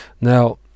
now